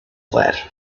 that